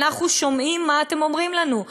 אנחנו שומעים מה אתם אומרים לנו.